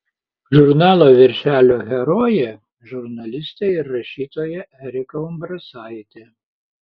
žurnalo viršelio herojė žurnalistė ir rašytoja erika umbrasaitė